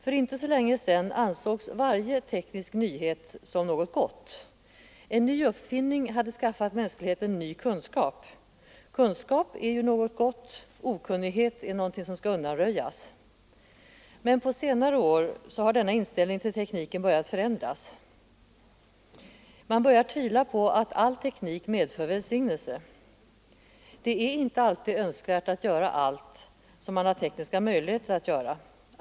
För inte så länge sedan ansågs varje teknisk nyhet som något gott. En ny uppfinning hade skaffat mänskligheten ny kunskap, kunskap är något gott — okunnighet något som skall undanröjas. På senare år har denna inställning till tekniken börjat förändras. Man har börjat tvivla på att all teknik medför välsignelse. Det är inte alltid önskvärt att göra allt som man har tekniska möjligheter att göra.